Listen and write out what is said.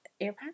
AirPods